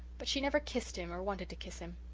but she never kissed him or wanted to kiss him.